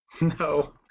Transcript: No